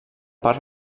parc